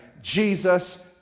Jesus